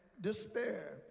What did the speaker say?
despair